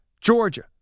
Georgia